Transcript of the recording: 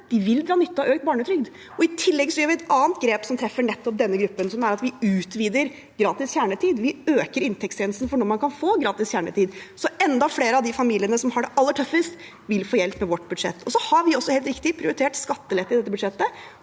de vil dra nytte av økt barnetrygd. I tillegg gjør vi et annet grep som treffer nettopp denne gruppen: Vi utvider gratis kjernetid, vi øker inntektsgrensen for når man kan få gratis kjernetid. Så enda flere av de familiene som har det aller tøffest, vil få hjelp med vårt budsjett. Så har vi også, helt riktig, prioritert skattelette i dette budsjettet,